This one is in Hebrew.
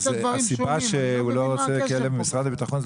שהסיבה שהוא לא רוצה כלב ממשרד הביטחון זה